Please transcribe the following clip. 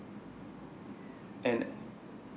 and